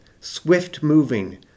swift-moving